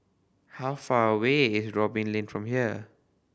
how far away is Robin Lane from here